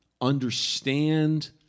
understand